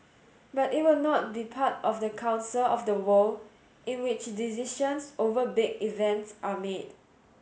but it will not be part of the council of the world in which decisions over big events are made